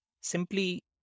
simply